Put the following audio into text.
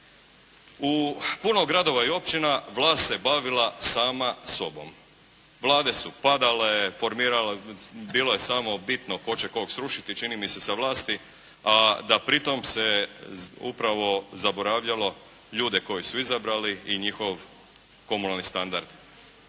U puno gradova i općina vlast se bavila sama sobom. Vlade su padale, bilo je samo bitno tko će koga srušiti čini mi se sa vlasti a da pritom se upravo zaboravljalo ljude koje su izabrali i njihov komunalni standard.